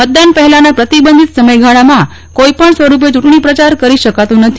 મતદાન પહેલાના પ્રતિબંધિત સમયગાળામાં કોઈપણ સ્વરૂપે યૂંટણી પ્રયાર કરી શકાતો નથી